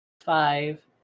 five